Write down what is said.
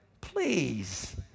Please